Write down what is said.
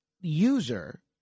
user